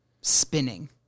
spinning